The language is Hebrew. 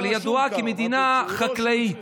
ידועה כמדינה חקלאית,